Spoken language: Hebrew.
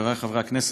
חבריי חברי הכנסת,